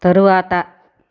తరువాత